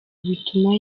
bituma